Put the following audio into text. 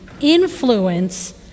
influence